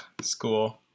school